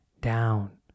down